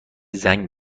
زنگ